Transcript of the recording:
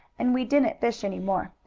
and we didn't fish any more.